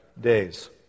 days